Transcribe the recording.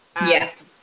Yes